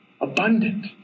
abundant